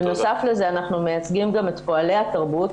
בנוסף לזה אנחנו מייצגים גם את פועלי התרבות.